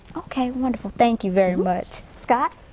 okay wonderful, thank you very much. scott.